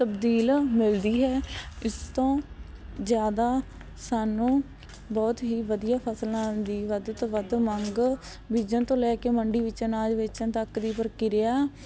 ਤਬਦੀਲ ਮਿਲਦੀ ਹੈ ਇਸ ਤੋਂ ਜ਼ਿਆਦਾ ਸਾਨੂੰ ਬਹੁਤ ਹੀ ਵਧੀਆ ਫਸਲਾਂ ਦੀ ਵੱਧ ਤੋਂ ਵੱਧ ਮੰਗ ਬੀਜਣ ਤੋਂ ਲੈ ਕੇ ਮੰਡੀ ਵਿੱਚ ਅਨਾਜ ਵੇਚਣ ਤੱਕ ਦੀ ਪ੍ਰਕਿਰਿਆ